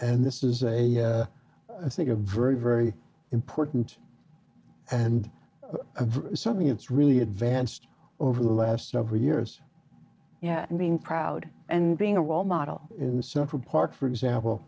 this is a i think a very very important and something it's really advanced over the last several years yeah and being proud and being a role model in central park for example